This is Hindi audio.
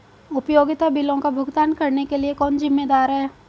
उपयोगिता बिलों का भुगतान करने के लिए कौन जिम्मेदार है?